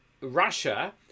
Russia